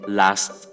last